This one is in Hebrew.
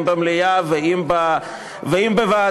אם במליאה ואם בוועדה.